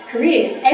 careers